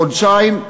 חודשיים,